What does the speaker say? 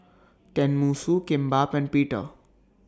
Tenmusu Kimbap and Pita